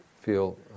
feel